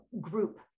group